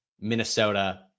Minnesota